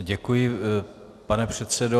Děkuji, pane předsedo.